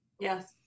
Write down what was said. Yes